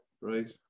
Right